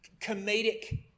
comedic